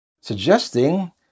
suggesting